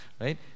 right